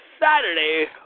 Saturday